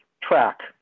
track